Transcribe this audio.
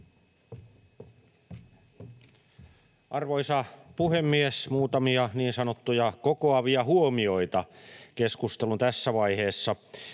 Arvoisa puhemies! Muutamia niin sanottuja kokoavia huomioita keskustelun tässä vaiheessa: